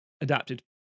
adapted